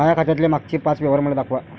माया खात्यातले मागचे पाच व्यवहार मले दाखवा